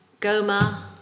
Goma